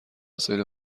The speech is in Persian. وسایل